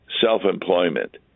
Self-employment